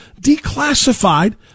declassified